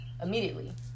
immediately